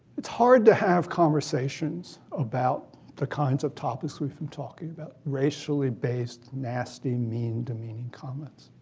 it's hard to have conversations about the kinds of topics we from talking about, racially-based, nasty, mean, demeaning comments.